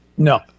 No